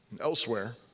elsewhere